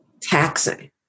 taxing